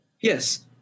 Yes